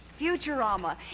Futurama